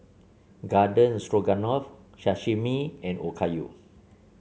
Garden Stroganoff Sashimi and Okayu